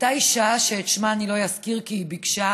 אישה שאת שמה אני לא אזכיר, כי היא ביקשה,